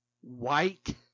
white